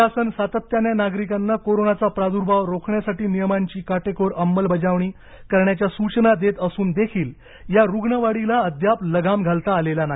प्रशासन सातत्याने नागरिकांना कोरोनाचा प्रार्द्भाव रोखण्यासाठी नियमांची काटेकोर अंमलबजावणी करण्याच्या सूचना देत असूनदेखील या रुग्णवाढीला अद्याप लगाम घालता आलेला नाही